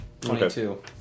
Twenty-two